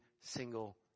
single